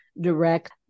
direct